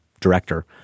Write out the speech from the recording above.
director